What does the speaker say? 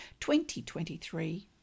2023